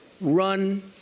run